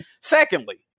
Secondly